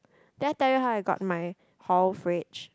did I tell you how I got my hall fridge